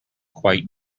quite